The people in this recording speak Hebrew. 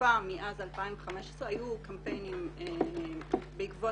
בתקופה מאז 2015 היו קמפיינים בעקבות